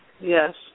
yes